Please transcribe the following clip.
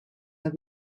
i’ve